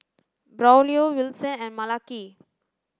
Braulio Wilson and Malaki